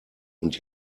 und